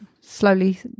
slowly